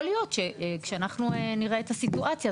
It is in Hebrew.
יכול להיות שכאשר נראה את הסיטואציה,